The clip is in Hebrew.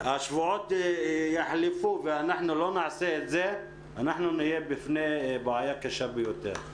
השבועות יחלפו ולא נעשה את זה נהיה בפני בעיה קשה ביותר.